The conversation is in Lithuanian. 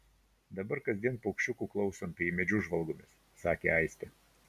dabar kasdien paukščiukų klausom bei į medžius žvalgomės sakė aistė